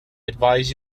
advise